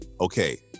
Okay